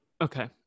Okay